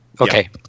okay